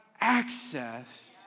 access